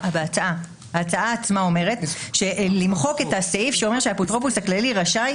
ההצעה כתוב למחוק את הסעיף שאומר: "האפוטרופוס הכללי רשאי,